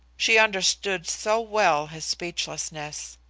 she understood so well his speechlessness.